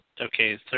okay